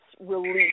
release